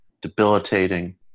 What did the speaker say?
debilitating